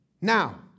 Now